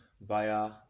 via